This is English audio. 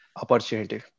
opportunity